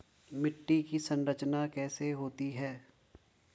मिट्टी की संरचना कैसे होती है?